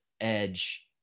Edge